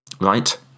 right